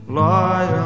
lie